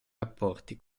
rapporti